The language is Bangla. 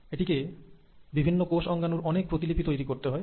এটিকে বিভিন্ন কোষ অঙ্গাণুর অনেক প্রতিলিপি তৈরি করতে হয়